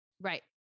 Right